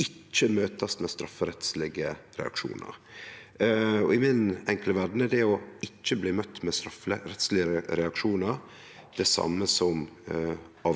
ikkje møtast med strafferettslege reaksjonar. I mi enkle verd er det å ikkje bli møtt med strafferettslege reaksjonar det same som